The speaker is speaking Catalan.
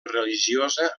religiosa